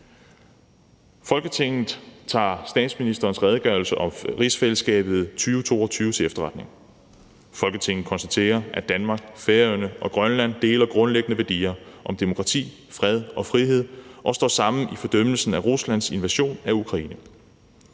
»Folketinget tager statsministerens redegørelse om rigsfællesskabet 2022 til efterretning. Folketinget konstaterer, at Danmark, Færøerne og Grønland deler grundlæggende værdier om demokrati, fred og frihed og står sammen i fordømmelsen af Ruslands invasion af Ukraine.